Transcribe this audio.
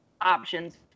options